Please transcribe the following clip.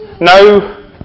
no